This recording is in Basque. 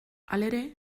halere